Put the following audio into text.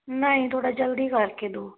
ਨਹੀਂ ਥੋੜ੍ਹਾ ਜਲਦੀ ਕਰਕੇ ਦਿਓ